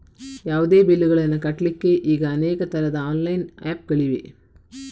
ಯಾವುದೇ ಬಿಲ್ಲುಗಳನ್ನು ಕಟ್ಲಿಕ್ಕೆ ಈಗ ಅನೇಕ ತರದ ಆನ್ಲೈನ್ ಆಪ್ ಗಳಿವೆ